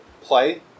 play